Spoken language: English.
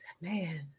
Man